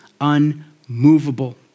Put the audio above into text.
unmovable